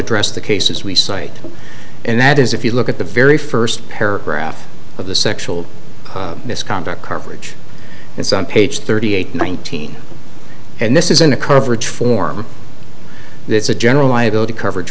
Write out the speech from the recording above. address the cases we cite and that is if you look at the very first paragraph of the sexual misconduct coverage and some page thirty eight nineteen and this is in a coverage form it's a general liability coverage